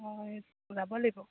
হয় যাব লাগিব